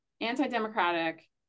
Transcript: anti-democratic